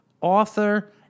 author